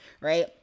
right